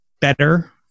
better